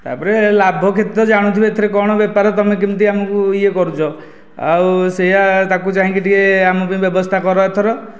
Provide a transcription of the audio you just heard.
ତାପରେ ଲାଭ କ୍ଷତି ତ ଜାଣୁଥିବେ ଏଥିରେ କ'ଣ ବେପାର ତୁମେ କେମିତି ଆମକୁ ଇଏ କରୁଛ ଆଉ ସେଇଆ ତାକୁ ଚାହିଁକି ଟିକିଏ ଆମ ପାଇଁ ବ୍ୟବସ୍ଥା କର ଏଥର